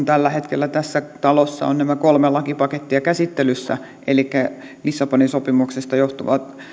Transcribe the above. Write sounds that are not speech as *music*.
*unintelligible* tällä hetkellä tässä talossa on nämä kolme lakipakettia käsittelyssä elikkä lissabonin sopimuksesta johtuvan